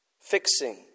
fixing